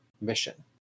mission